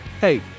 hey